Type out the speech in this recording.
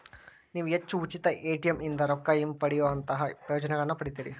ನೇವು ಹೆಚ್ಚು ಉಚಿತ ಎ.ಟಿ.ಎಂ ಇಂದಾ ರೊಕ್ಕಾ ಹಿಂಪಡೆಯೊಅಂತಹಾ ಪ್ರಯೋಜನಗಳನ್ನ ಪಡಿತೇರಿ